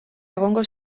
egongo